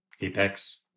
apex